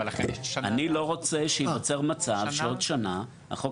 אני לא רוצה שייוצר מצב שבעוד שנה החוק